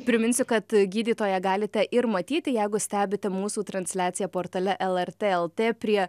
priminsiu kad gydytoją galite ir matyti jeigu stebite mūsų transliaciją portale lrt lt prie